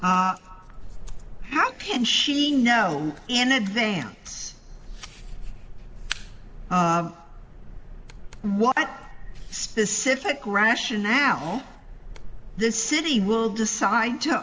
can she know in advance what specific rationale the city will decide to